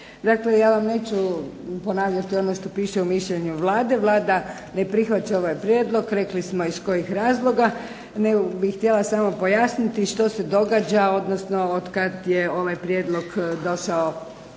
Dakle, ja vam neću ponavljati ono što piše u mišljenju Vlade. Vlada ne prihvaća ovaj prijedlog, rekli smo iz kojih razloga nego bih htjela samo pojasniti što se događa odnosno od kad je ovaj prijedlog došao